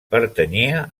pertanyia